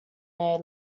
their